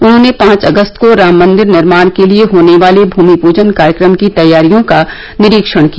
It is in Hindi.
उन्होंने पांच अगस्त को राम मंदिर निर्माण के लिए होने वाले भूमि पूजन कार्यक्रम की तैयारियों का निरीक्षण किया